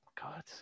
God